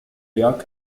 berg